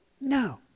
no